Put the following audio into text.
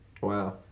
Wow